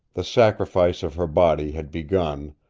the sacrifice of her body had begun,